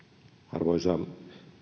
arvoisa